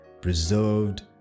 preserved